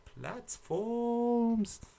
platforms